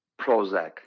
Prozac